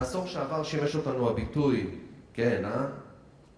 הסוף שעבר שימש אותנו הביטוי: כן, אה?